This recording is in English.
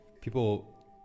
people